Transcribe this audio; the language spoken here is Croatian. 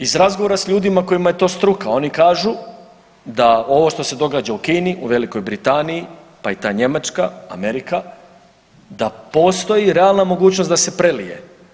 Iz razgovora s ljudima kojima je to struka oni kažu da ovo što se događa u Kini, u Velikoj Britaniji, pa i ta Njemačka, Amerika da postoji realna mogućnost da se prelije.